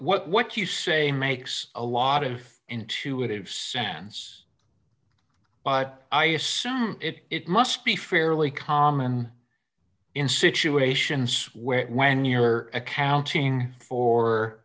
what what what you say makes a lot of intuitive sense but i assume it must be fairly common in situations where when you're accounting for